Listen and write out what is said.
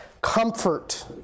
comfort